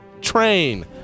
Train